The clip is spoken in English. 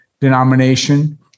denomination